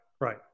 right